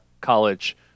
college